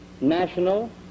national